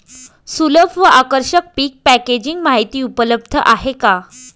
सुलभ व आकर्षक पीक पॅकेजिंग माहिती उपलब्ध आहे का?